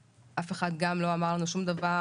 אף אחד גם לא אמר לנו שום דבר,